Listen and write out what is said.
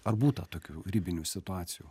ar būta tokių ribinių situacijų